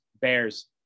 Bears